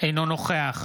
אינו נוכח